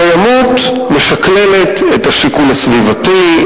קיימוּת משקללת את השיקול הסביבתי,